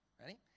Ready